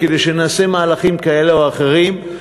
כדי שנעשה מהלכים כאלה או אחרים,